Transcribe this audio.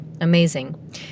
Amazing